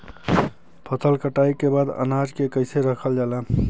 फसल कटाई के बाद अनाज के कईसे रखल जाला?